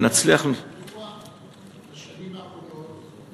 אם נצליח, מדוע בשנים האחרונות,